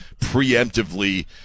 preemptively